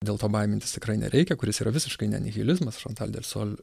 dėl to baimintis tikrai nereikia kuris yra visiškai ne nihilizmas šantal delsol